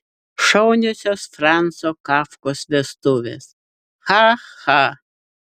šauniosios franco kafkos vestuvės cha cha